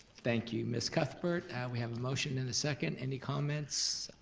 thank you ms. cuthbert, we have a motion and a second, any comments?